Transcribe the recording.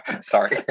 Sorry